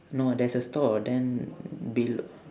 no there's a store then belo~